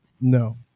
No